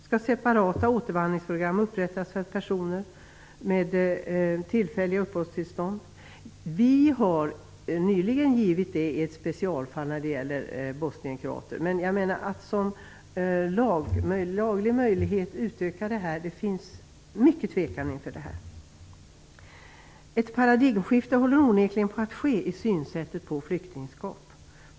Skall separata återvandringsprogram upprättas för personer med tillfälliga uppehållstillstånd? Vi har nyligen gjort det i ett specialfall när det gäller bosnienkroater, men det finns stor tvekan inför att med laglig möjlighet utöka detta. Ett paradigmskifte håller onekligen på att ske i synsättet på flyktingskap.